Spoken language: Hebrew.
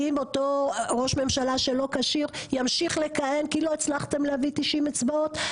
האם אותו ראש ממשלה שלא כשיר ימשיך לכהן כי לא הצלחתם להביא 90 אצבעות?